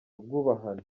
bwubahane